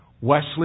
Wesley